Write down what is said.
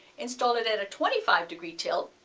installed it at a twenty five degree tilt,